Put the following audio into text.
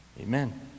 Amen